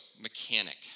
mechanic